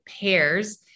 pairs